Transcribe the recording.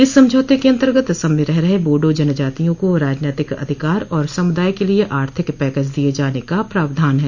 इस समझौते के अन्तर्गत असम में रह रहे बोडो जनजातियों को राजनीतिक अधिकार और समुदाय के लिए आर्थिक पैकेज दिये जाने का प्रावधान है